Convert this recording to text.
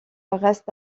reste